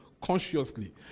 consciously